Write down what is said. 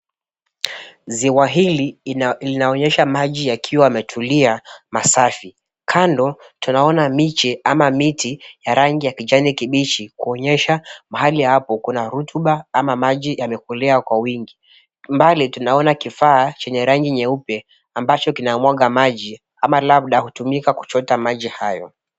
Ziwa hili linaonyesha maji yakiwa yametulia masafi, kando tunaona miche ama miti ya rangi ya kijani kibichi kuonyesha mahali hapo kuna rotuba ama maji yamekolea kwa wingi. Mbali tunaona kifaa chenye rangi nyeupe ambacho kinamwaga maji ama labda kinatumika kuchota maji hayo.